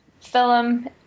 film